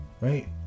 right